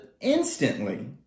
instantly